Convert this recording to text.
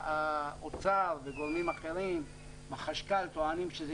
האוצר וגורמים אחרים בחשכ"ל טוענים שזה